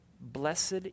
Blessed